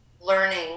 learning